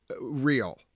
real